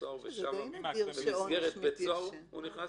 סוהר ושם במסגרת בית סוהר הוא נכנס לבית חולים?